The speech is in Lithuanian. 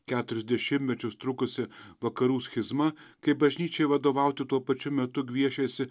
keturis dešimtmečius trukusi vakarų schizma kai bažnyčiai vadovauti tuo pačiu metu gviešėsi